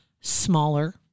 smaller